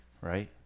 right